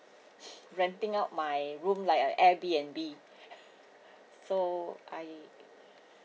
renting out my room like a airbnb so I